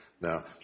Now